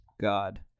god